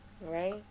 Right